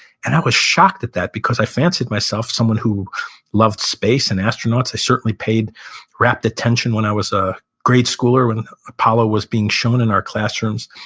and i was shocked at that because i fancied myself someone loved space and astronauts. i certainly paid rapt attention when i was a grade-schooler, when apollo was being shown in our classrooms.